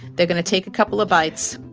they're going to take a couple of bites.